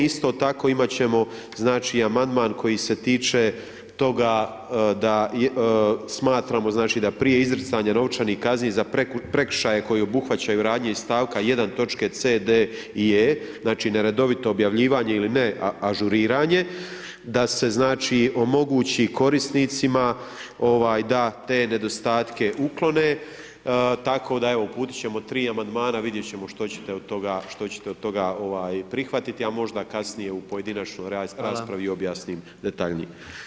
Isto tako imat ćemo znači amandman koji se tiče toga da smatramo znači da prije izricanja novčanih kazni za prekršaje koji obuhvaćaju radnje iz stavka 1. točke c, d i e znači na redovito objavljivanje ili neažuriranje da se znači omogući korisnicima da te nedostatke uklone tako da uputit ćemo 3 amandmana vidjet ćemo što ćete od toga, što ćete od toga ovaj prihvatiti, a možda kasnije u pojedinačnoj raspravi [[Upadica: Hvala.]] objasnim detaljnije.